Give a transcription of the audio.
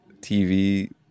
TV